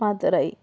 Madurai